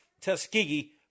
tuskegee